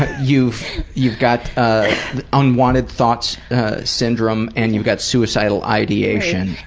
you've you've got unwanted thoughts syndrome and you've got suicidal ideation.